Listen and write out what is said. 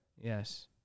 Yes